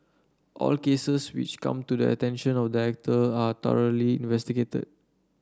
all cases which come to the attention of director are thoroughly investigated